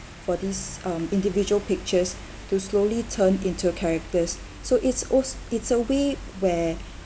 for these um individual pictures to slowly turn into characters so it's also it's a way where